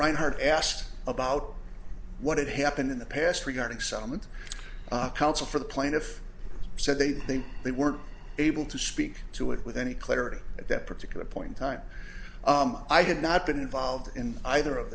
reinhardt asked about what had happened in the past regarding settlement counsel for the plaintiff said they think they weren't able to speak to it with any clarity at that particular point time i had not been involved in either of